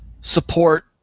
support